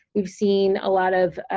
we've seen a lot of